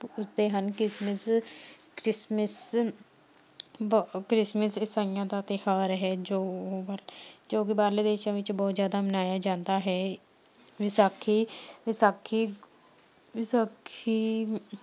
ਪੂਜਦੇ ਹਨ Christmas Christmas ਬਹੁ Christmas ਈਸਾਈਆਂ ਦਾ ਤਿਉਹਾਰ ਹੈ ਜੋ ਬਰ ਜੋ ਕਿ ਬਾਹਰਲੇ ਦੇਸ਼ਾਂ ਵਿੱਚ ਬਹੁਤ ਜ਼ਿਆਦਾ ਮਨਾਇਆ ਜਾਂਦਾ ਹੈ ਵਿਸਾਖੀ ਵਿਸਾਖੀ ਵਿਸਾਖੀ